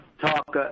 talk